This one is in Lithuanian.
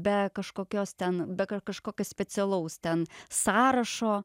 be kažkokios ten be kažkokio specialaus ten sąrašo